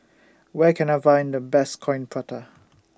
Where Can I Find The Best Coin Prata